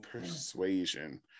persuasion